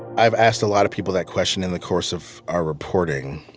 i've asked a lot of people that question in the course of our reporting.